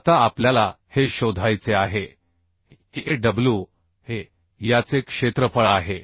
आता आपल्याला हे शोधायचे आहे की Aw Aw हे याचे क्षेत्रफळ आहे